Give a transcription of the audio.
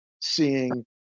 seeing